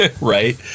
Right